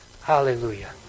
Hallelujah